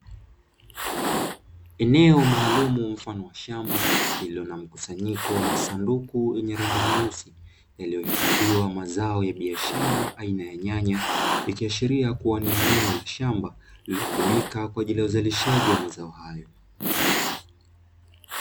Eneo maalumu mfano wa shamba lililo na mkusanyiko wa sanduku, lililohifadhiwa mazao ya biashara aina ya nyanya ikiashiria kuwa ni eneo la shamba linalotumika kwa ajili ya uzalishaji wa mazao hayo.